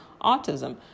autism